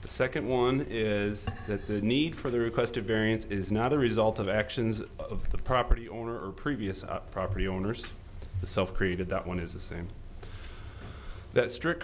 the second one is that the need for the requested variance is not the result of actions of the property owner or previous property owners created that one is the same that strict